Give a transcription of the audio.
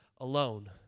alone